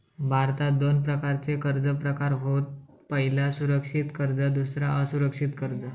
भारतात दोन प्रकारचे कर्ज प्रकार होत पह्यला सुरक्षित कर्ज दुसरा असुरक्षित कर्ज